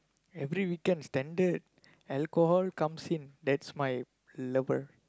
every weekend standard alcohol comes in that's my lover